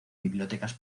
bibliotecas